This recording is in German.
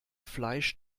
fleisch